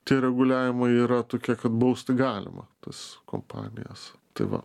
tie reguliavimai yra tokie kad bausti galima tas kompanijas tai va